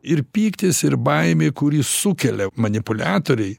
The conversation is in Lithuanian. ir pyktis ir baimė kurį sukelia manipuliatoriai